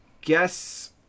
guess